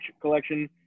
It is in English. collection